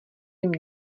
jim